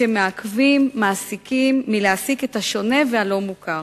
שמעכבים מעסיקים מלהעסיק את השונה והלא-מוכר.